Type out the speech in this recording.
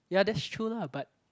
ya that's true lah but